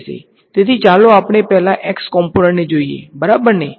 તેથી ચાલો આપણે પહેલા x કોમ્પોનંટને જોઈએ બરાબર ને